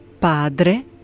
Padre